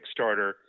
Kickstarter